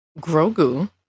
Grogu